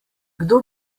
kdo